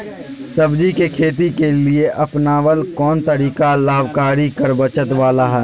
सब्जी के खेती के लिए अपनाबल कोन तरीका लाभकारी कर बचत बाला है?